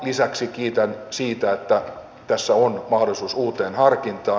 lisäksi kiitän siitä että tässä on mahdollisuus uuteen harkintaan